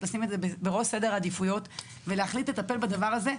לשים את זה בראש סדר העדיפויות ולהחליט לטפל בדבר הזה.